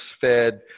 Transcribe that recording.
Fed